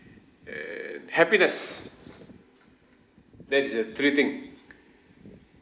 and happiness that's the three thing